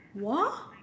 !wah!